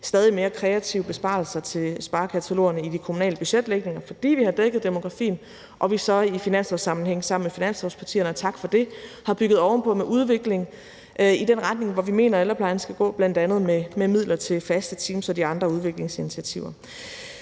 stadig mere kreative besparelser til sparekatalogerne i de kommunale budgetlægninger, fordi vi har dækket demografien og vi så i finanslovssammenhæng sammen med finanslovspartierne, og tak for det, har bygget ovenpå med udvikling i den retning, hvor vi mener ældreplejen skal gå, bl.a. med midler til faste teams og de andre udviklingsinitiativer.